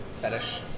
fetish